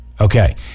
Okay